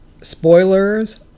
Spoilers